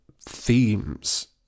themes